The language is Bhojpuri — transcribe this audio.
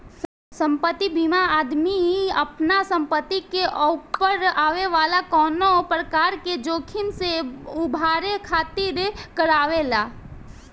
संपत्ति बीमा आदमी आपना संपत्ति के ऊपर आवे वाला कवनो प्रकार के जोखिम से उभरे खातिर करावेला